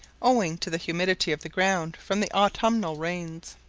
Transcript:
owing to the humidity of the ground from the autumnal rains.